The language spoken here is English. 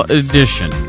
edition